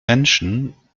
menschen